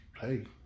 hey